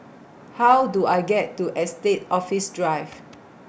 How Do I get to Estate Office Drive